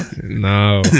no